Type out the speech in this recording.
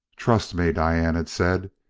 trust me, diane had said.